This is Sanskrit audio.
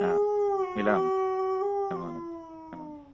आं मिलामः नमो नमः नमो नमः